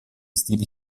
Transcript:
stili